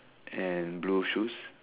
and blue shoes